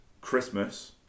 Christmas